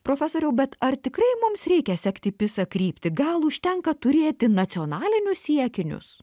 profesoriau bet ar tikrai mums reikia sekti pisa kryptį gal užtenka turėti nacionalinius siekinius